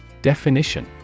Definition